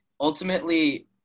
ultimately